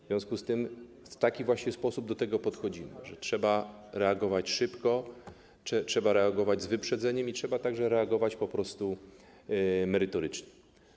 W związku z tym w taki właśnie sposób do tego podchodzimy, że trzeba reagować szybko, trzeba reagować z wyprzedzeniem i trzeba także reagować po prostu merytorycznie.